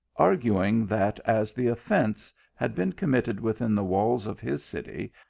irguing that as the offence had been committed within the walls of his city,